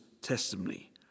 testimony